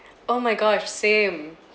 oh my god same